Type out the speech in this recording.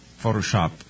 Photoshop